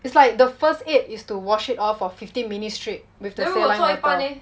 it's like the first aid is to wash it off for fifteen minutes straight with the saline water